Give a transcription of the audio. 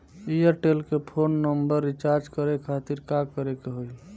Airtel के phone number recharge करे के खातिर का करे के होई?